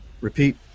repeat